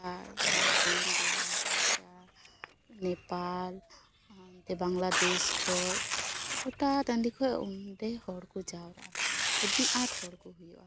ᱜᱚᱴᱟ ᱡᱷᱟᱲᱠᱷᱚᱸᱰ ᱵᱤᱦᱟᱨ ᱩᱲᱤᱥᱥᱟ ᱱᱮᱯᱟᱞ ᱟᱨ ᱚᱱᱛᱮ ᱵᱟᱝᱞᱟᱫᱮᱥ ᱠᱷᱚᱡ ᱜᱚᱴᱟ ᱴᱟᱺᱰᱤ ᱠᱷᱚᱡ ᱚᱸᱰᱮ ᱦᱚᱲ ᱠᱚ ᱡᱟᱣᱨᱟᱜᱼᱟ ᱟᱹᱰᱤ ᱟᱸᱴ ᱦᱚᱲ ᱠᱚ ᱦᱩᱭᱩᱜᱼᱟ